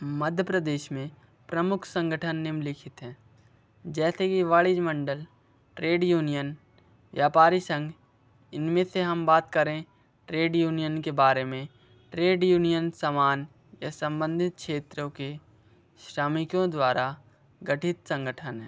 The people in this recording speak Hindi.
मध्य प्रदेश में प्रमुख संगठन निम्नलिखित हैं जैसे कि वाणिज्य मंडल ट्रेड यूनियन व्यापारी संघ इन में से हम बात करें ट्रेड यूनियन के बारे में ट्रेड यूनियन सामान या संबंधित क्षेत्रों के श्रमिकों द्वारा गठित संगठन है